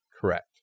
Correct